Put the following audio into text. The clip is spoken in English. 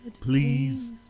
please